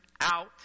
out